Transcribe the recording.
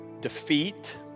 defeat